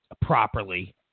properly